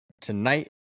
tonight